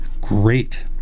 great